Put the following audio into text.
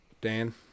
Dan